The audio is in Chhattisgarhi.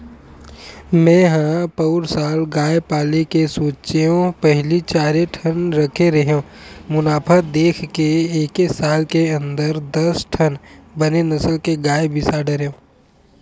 मेंहा पउर साल गाय पाले के सोचेंव पहिली चारे ठन रखे रेहेंव मुनाफा देख के एके साल के अंदर दस ठन बने नसल के गाय बिसा डरेंव